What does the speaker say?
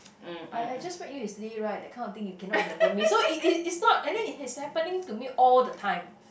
I I just met you yesterday right that kind of thing you cannot remember me so it it is not and then it is happening to me all the time